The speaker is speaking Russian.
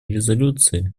резолюции